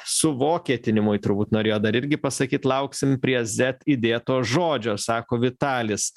suvokietinimui turbūt norėjo dar irgi pasakyt lauksim prie zet įdėto žodžio sako vitalis